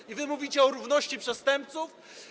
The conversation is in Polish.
I wy mówicie o równości przestępców?